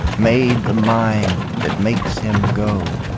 made the mind that makes him go.